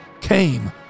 came